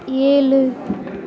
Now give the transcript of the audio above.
ஏழு